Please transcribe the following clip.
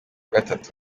gatatu